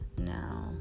now